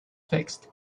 fixed